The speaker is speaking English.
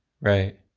Right